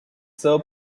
sir